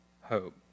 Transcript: hope